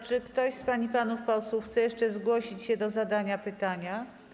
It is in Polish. Czy ktoś z pań i panów posłów chce jeszcze zgłosić się do zadania pytania?